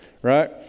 right